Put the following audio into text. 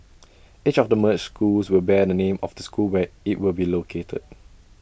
each of the merged schools will bear the name of the school where IT will be located